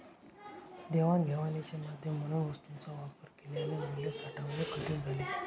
देवाणघेवाणीचे माध्यम म्हणून वस्तूंचा वापर केल्याने मूल्य साठवणे कठीण झाले